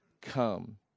come